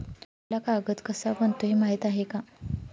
आपल्याला कागद कसा बनतो हे माहीत आहे का?